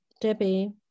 Debbie